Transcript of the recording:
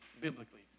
biblically